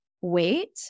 wait